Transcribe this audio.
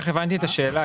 השאלה,